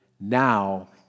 Now